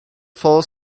full